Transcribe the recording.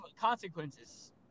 consequences